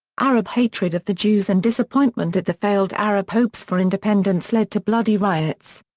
arab hatred of the jews and disappointment at the failed arab hopes for independence led to bloody riots.